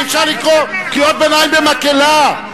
אי-אפשר לקרוא קריאות ביניים במקהלה,